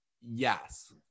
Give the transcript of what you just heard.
yes